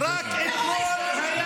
מחבלים,